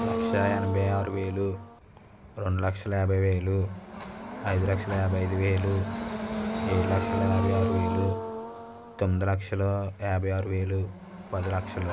లక్షఎనభై ఆరువేలు రెండు లక్షల యాభైవేలు ఐదులక్షల యాభై ఐదు వేలు ఏడు లక్షల యాభై ఆరు వేలు తొమ్మిదిలక్షలు యాబై ఆరు వేలు పది లక్షలు